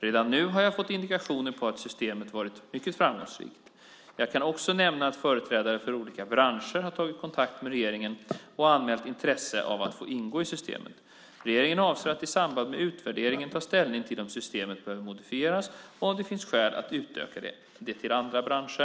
Redan nu har jag fått indikationer på att systemet varit mycket framgångsrikt. Jag kan också nämna att företrädare för olika branscher har tagit kontakt med regeringen och anmält intresse av att få ingå i systemet. Regeringen avser att i samband med utvärderingen ta ställning till om systemet behöver modifieras och om det finns skäl att utöka det till andra branscher.